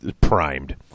primed